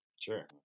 Sure